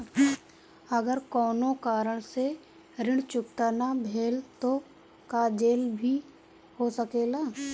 अगर कौनो कारण से ऋण चुकता न भेल तो का जेल भी हो सकेला?